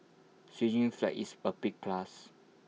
Switzerland's flag is A big plus